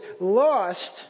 lost